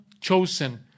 chosen